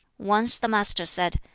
once the master said,